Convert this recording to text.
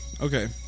Okay